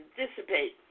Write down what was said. dissipate